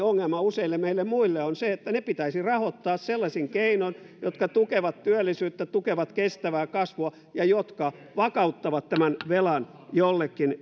ongelma useille meille muille on se että ne pitäisi rahoittaa sellaisin keinoin jotka tukevat työllisyyttä tukevat kestävää kasvua ja jotka vakauttavat tämän velan jollekin